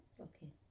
okay